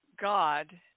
God